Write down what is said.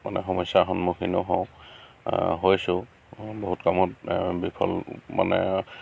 মানে সমস্যাৰ সন্মুখীনো হওঁ হৈছোঁ বহুত কামত বিফল মানে